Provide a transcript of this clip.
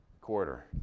quarter